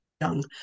young